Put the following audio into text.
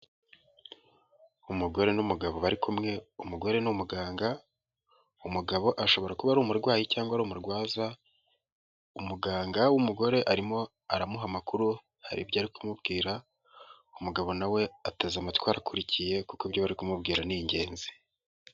Umugore n'umugabo bari kumwe, umugore n'umuganga, umugabo ashobora kuba ari umurwayi cyangwa ari umurwaza, umuganga w'umugore arimo aramuha amakuru hari ibyo ari kumubwira, umugabo nawe ataza amatwi arakurikiye kuko ibyo bari kumubwira ni ingenzi.